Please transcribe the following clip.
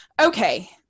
Okay